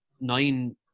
nine